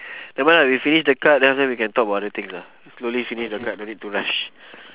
nevermind ah we finish the card then after that we can talk about other things ah slowly finish the card don't need to rush